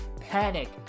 panic